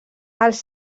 els